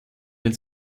den